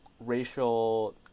racial